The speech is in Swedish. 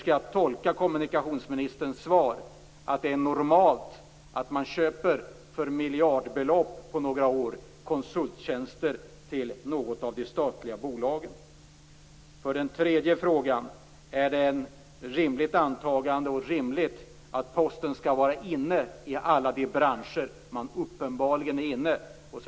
Skall jag tolka kommunikationsministerns svar så att det är normalt att något av de statliga bolagen köper konsulttjänster för miljardbelopp under ett par år? Är det rimligt att Posten skall vara inne i alla de branscher som företaget uppenbarligen är inne i?